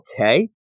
okay